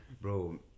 Bro